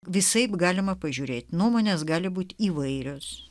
visaip galima pažiūrėti nuomonės gali būti įvairios